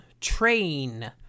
Train